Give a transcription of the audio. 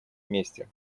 вместе